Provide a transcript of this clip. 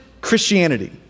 Christianity